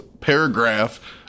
paragraph